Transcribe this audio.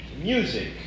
music